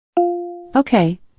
Okay